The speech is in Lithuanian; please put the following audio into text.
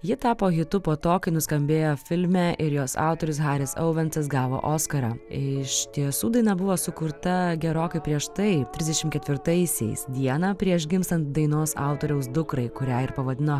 ji tapo hitu po to kai nuskambėjo filme ir jos autorius haris auvensas gavo oskarą iš tiesų daina buvo sukurta gerokai prieš tai trisdešim ketvirtaisiais dieną prieš gimstant dainos autoriaus dukrai kurią ir pavadino